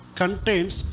contains